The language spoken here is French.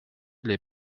les